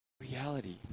reality